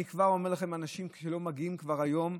אני כבר אומר לכם, אנשים שלא מגיעים כבר היום,